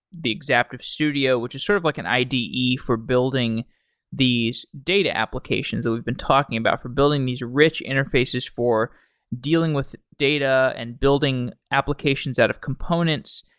the exaptive studio, which is sort of like an ide for building these data applications that we've been talking about for building these rich interfaces for dealing with data and building applications out of components.